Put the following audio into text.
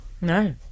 No